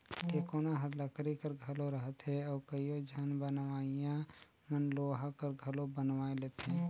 टेकोना हर लकरी कर घलो रहथे अउ कइयो झन बनवइया मन लोहा कर घलो बनवाए लेथे